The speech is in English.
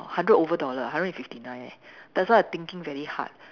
hundred over dollar hundred and fifty nine eh that's why I thinking very hard